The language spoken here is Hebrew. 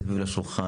מסביב לשולחן,